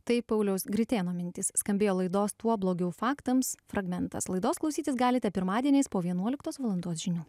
tai pauliaus gritėno mintys skambėjo laidos tuo blogiau faktams fragmentas laidos klausytis galite pirmadieniais po vienuoliktos valandos žinių